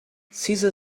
caesar